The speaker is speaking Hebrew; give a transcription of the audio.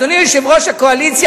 אדוני יושב-ראש הקואליציה,